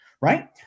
right